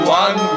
one